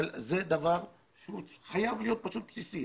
אבל זה דבר שהוא חייב להיות בסיסי.